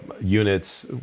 units